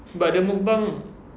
but the mukbang